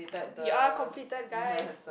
we are completed guys